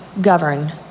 govern